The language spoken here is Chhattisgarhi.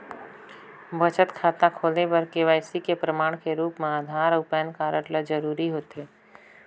बचत खाता खोले बर के.वाइ.सी के प्रमाण के रूप म आधार अऊ पैन कार्ड ल जरूरी होथे